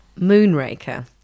moonraker